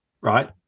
right